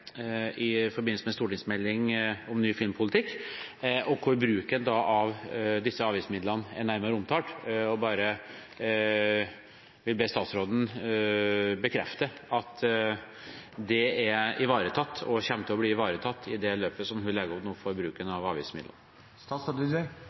i forbindelse med stortingsmeldingen om ny filmpolitikk, der bruken av disse avgiftsmidlene er nærmere omtalt. Jeg vil be statsråden bekrefte at det er ivaretatt og kommer til å bli ivaretatt i det løpet som hun nå legger opp for bruken av avgiftsmidlene.